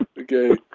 Okay